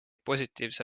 positiivse